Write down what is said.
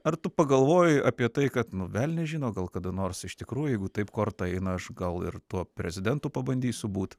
ar tu pagalvojai apie tai kad nu velnias žino gal kada nors iš tikrųjų jeigu taip korta eina aš gal ir tuo prezidentu pabandysiu būt